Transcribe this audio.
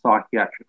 psychiatric